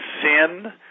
sin